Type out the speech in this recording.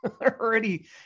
already